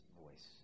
voice